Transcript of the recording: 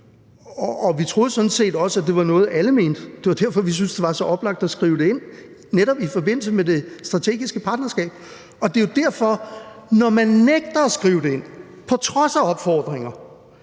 set også, at det var noget, alle mente. Det var derfor, vi syntes, det var så oplagt at skrive det ind netop i forbindelse med det strategiske partnerskab. Det er jo derfor, at når man nægter at skrive det ind på trods af opfordringer,